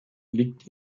liegt